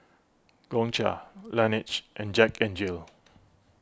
Gongcha Laneige and Jack N Jill